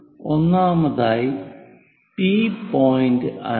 ഒന്നാമതായി P point അറിയാം